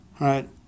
right